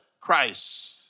Christ